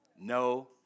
No